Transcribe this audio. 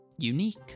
Unique